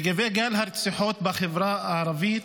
לגבי גל הרציחות בחברה הערבית.